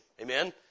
amen